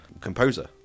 composer